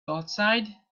outside